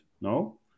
No